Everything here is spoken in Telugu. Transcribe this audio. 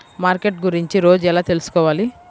మార్కెట్ గురించి రోజు ఎలా తెలుసుకోవాలి?